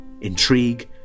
intrigue